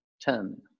ten